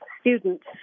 students